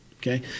Okay